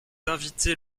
invités